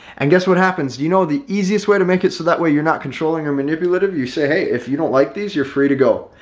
and guess what happens? you know the easiest way to make it so that way you're not controlling or manipulative. you say hey, if you don't like these, you're free to go.